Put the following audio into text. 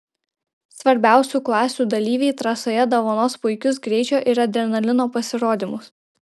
svarbiausių klasių dalyviai trasoje dovanos puikius greičio ir adrenalino pasirodymus